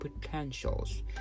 potentials